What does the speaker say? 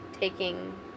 taking